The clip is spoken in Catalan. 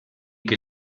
què